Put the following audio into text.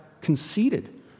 conceded